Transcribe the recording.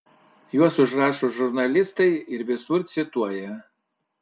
juos užrašo žurnalistai ir visur cituoja